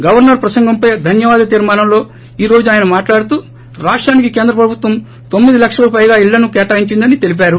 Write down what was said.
governor ప్రసంగంపై ధన్వవాద తీర్మానంలో ఈ రోజు అయన మాట్లాడుతూ రాష్టానికి కేంద్ర ప్రభుత్వం తొమ్మిది లక్షలకు పైగా ఇళ్లను కేటాయించిందని తెలిపారు